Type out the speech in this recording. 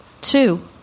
Two